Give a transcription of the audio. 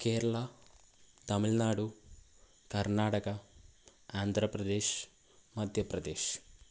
Kerala Tamil Nadu Karnataka Andhra Pradesh Madhya Pradesh